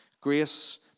grace